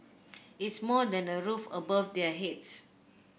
it's more than a roof above their heads